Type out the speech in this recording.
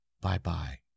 Bye-bye